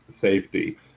safety